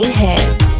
hits